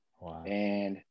Wow